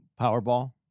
Powerball